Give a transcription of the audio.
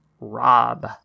Rob